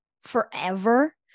forever